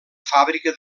fàbrica